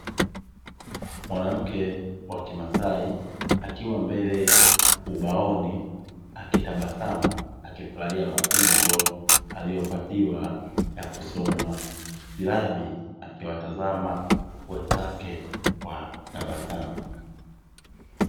Mwanamke wa kimasai akiwa mbele ubaoni akitabasamu akifurahia mafunzo aliyopatiwa ya kusoma silabi, akiwatazama wenzake kwa tabasamu.